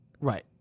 Right